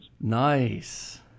Nice